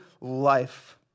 life